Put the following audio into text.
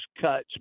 cuts